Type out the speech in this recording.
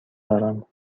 دارم